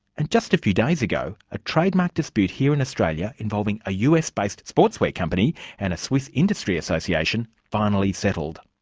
and just a few days ago, a trademark dispute here in australia involving a us-based sportswear company and a swiss industry association finally settled.